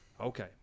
Okay